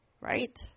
right